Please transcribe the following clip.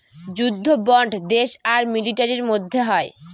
যুদ্ধ বন্ড দেশ আর মিলিটারির মধ্যে হয়